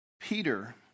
Peter